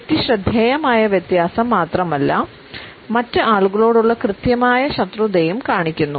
വ്യക്തി ശ്രദ്ധേയമായ വ്യത്യാസം മാത്രമല്ല മറ്റ് ആളുകളോടുള്ള കൃത്യമായ ശത്രുതയും കാണിക്കുന്നു